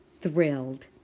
thrilled